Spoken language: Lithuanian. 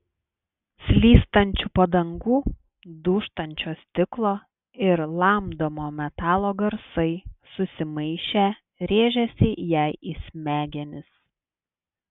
slystančių padangų dūžtančio stiklo ir lamdomo metalo garsai susimaišę rėžėsi jai į smegenis